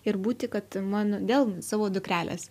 ir būti kad man dėl savo dukrelės